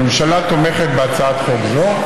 הממשלה תומכת בהצעת חוק זו,